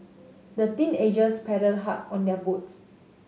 the teenagers paddled hard on their boats